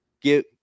get